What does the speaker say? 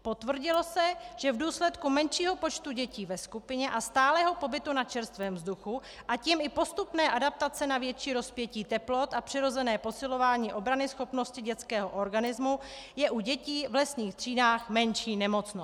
Potvrdilo se, že v důsledku menšího počtu dětí ve skupině a stálého pobytu na čerstvém vzduchu, a tím i postupné adaptace na větší rozpětí teplot a přirozené posilování obranyschopnosti dětského organismu je u dětí v lesních třídách menší nemocnost.